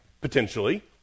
potentially